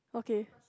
okay